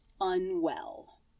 Unwell